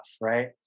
right